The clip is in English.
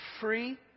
free